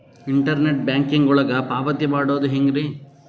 Internet banking ಒಳಗ ಪಾವತಿ ಮಾಡೋದು ಹೆಂಗ್ರಿ?